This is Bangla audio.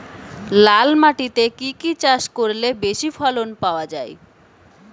লাল মাটিতে কি কি চাষ করলে বেশি ফলন পাওয়া যায়?